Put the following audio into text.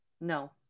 No